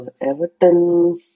Everton